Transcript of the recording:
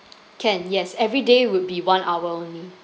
can yes everyday would be one hour only